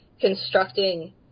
constructing